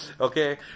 Okay